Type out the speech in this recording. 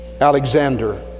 Alexander